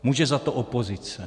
Může za to opozice.